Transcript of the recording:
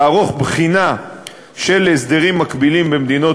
לערוך בחינה של הסדרים מקבילים במדינות